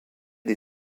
des